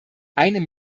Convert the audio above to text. einem